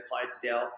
Clydesdale